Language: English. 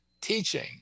teaching